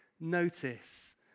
notice